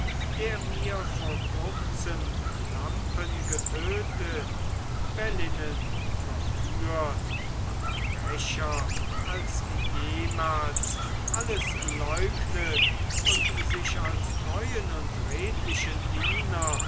der mir vor kurzem lampen getötet bellynen verführt und frecher als jemals alles leugnet und sich als treuen und redlichen diener